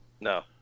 No